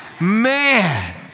Man